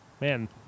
Man